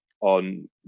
on